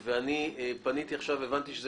הקדים תרופה למכה, הוא